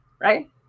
right